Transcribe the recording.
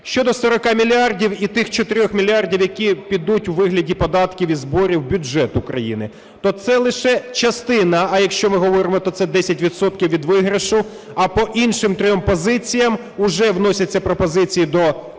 Щодо 40 мільярдів і тих 4 мільярдів, які підуть у вигляді податків і зборів в бюджет України, то це лише частина, а якщо ми говоримо, то це 10 відсотків від виграшу. А по інших трьох позиціях уже вносяться пропозиції до